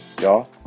y'all